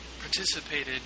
participated